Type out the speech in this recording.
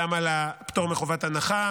גם על הפטור מחובת הנחה,